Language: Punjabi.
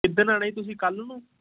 ਕਿਸ ਦਿਨ ਆਉਣਾ ਜੀ ਤੁਸੀਂ ਕੱਲ੍ਹ ਨੂੰ